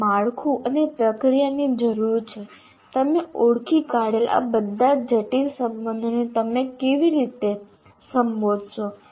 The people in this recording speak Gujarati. એક માળખું અને પ્રક્રિયાની જરૂર છે તમે ઓળખી કાઢેલ આ બધા જટિલ સંબંધોને તમે કેવી રીતે સંબોધશો